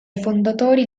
fondatori